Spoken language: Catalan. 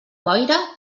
boira